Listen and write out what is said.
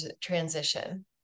transition